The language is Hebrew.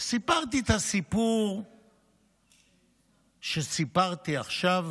סיפרתי את הסיפור שסיפרתי עכשיו,